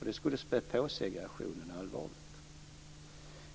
Det skulle spä på segregationen allvarligt.